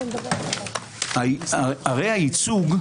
הרי הייצוג,